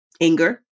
anger